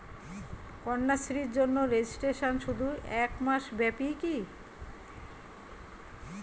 কন্যাশ্রীর জন্য রেজিস্ট্রেশন শুধু এক মাস ব্যাপীই কি?